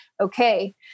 Okay